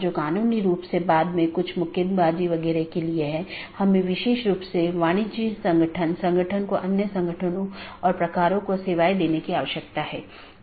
तो मैं AS1 से AS3 फिर AS4 से होते हुए AS6 तक जाऊँगा या कुछ अन्य पाथ भी चुन सकता हूँ